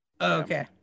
Okay